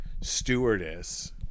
stewardess